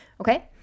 okay